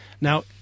now